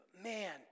Man